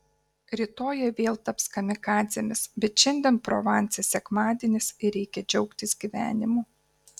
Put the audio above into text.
rytoj jie vėl taps kamikadzėmis bet šiandien provanse sekmadienis ir reikia džiaugtis gyvenimu